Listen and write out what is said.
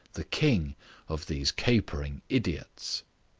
the king of these capering idiots.